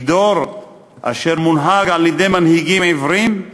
כי דור אשר מונהג על-ידי מנהיגים עיוורים,